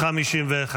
הסתייגות 240 לא נתקבלה.